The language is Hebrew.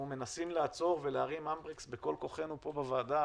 אנחנו מנסים לעצור ולהרים אמברקס בכל כוחנו פה בוועדה,